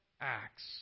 acts